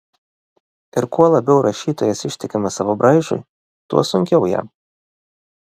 ir kuo labiau rašytojas ištikimas savo braižui tuo sunkiau jam